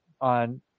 on